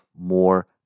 more